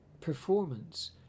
performance